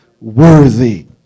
worthy